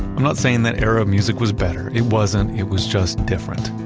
i'm not saying that era music was better, it wasn't, it was just different.